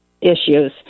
issues